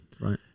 Right